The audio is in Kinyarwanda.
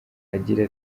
agira